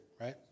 right